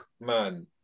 man